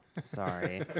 Sorry